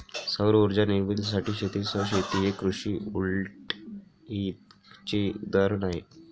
सौर उर्जा निर्मितीसाठी शेतीसह शेती हे कृषी व्होल्टेईकचे उदाहरण आहे